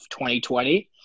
2020